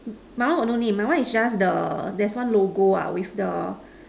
my one got no name my one is just the there's one logo ah with the